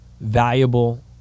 valuable